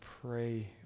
pray